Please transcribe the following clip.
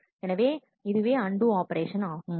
எனவே இதுவே and operation ஆகும்